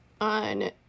on